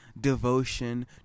devotion